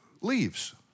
leaves